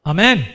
Amen